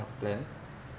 of plan